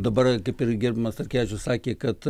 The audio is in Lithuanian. dabar kaip ir gerbiamas starkevičius sakė kad